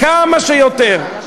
כמה שיותר.